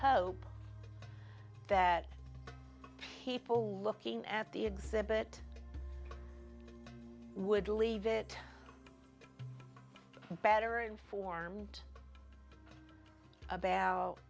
hope that people are looking at the exhibit would leave it better informed about